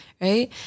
right